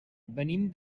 venim